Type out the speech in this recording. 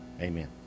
Amen